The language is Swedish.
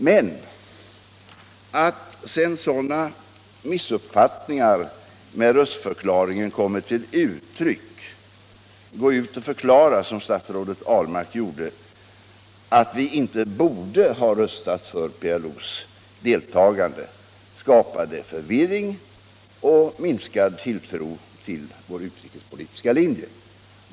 Men att sedan statsrådet Ahlmark, efter det att sådana missuppfattningar med anledning av röstförklaringen kommit till uttryck, uttalade att vi inte borde ha röstat för PLO:s deltagande skapade förvirring och minskad tilltro till vår utrikespolitiska linje.